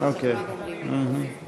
לשנת התקציב 2016,